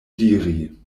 diri